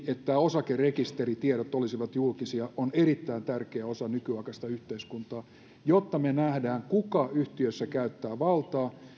että osakerekisteritiedot olisivat julkisia ovat erittäin tärkeä osa nykyaikaista yhteiskuntaa jotta me näemme kuka yhtiössä käyttää valtaa